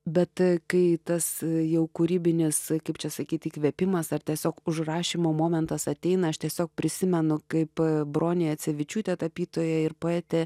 bet kai tas jau kūrybinis kaip čia sakyt įkvėpimas ar tiesiog užrašymo momentas ateina aš tiesiog prisimenu kaip bronė jacevičiūtė tapytoja ir poetė